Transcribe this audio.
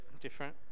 different